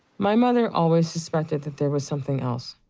my mother always suspected that there was something else,